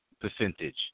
percentage